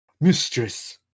Mistress